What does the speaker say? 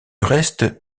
reste